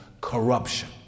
corruption